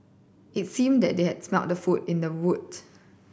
it seemed that they had smelt the food in the boot